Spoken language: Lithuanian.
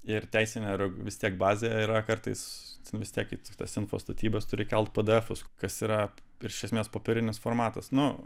ir teisinė yra vis tiek bazė yra kartais vis tiek į tas infostatybas turi kelt pdefus kas yra iš esmės popierinis formatas nu